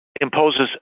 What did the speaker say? imposes